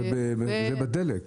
סליחה, זה בדלק.